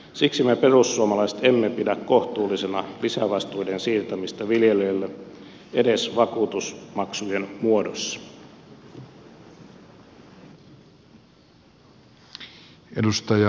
siksi me perussuomalaiset emme pidä kohtuullisena lisävastuiden siirtämistä viljelijöille edes vakuutusmaksujen muodossa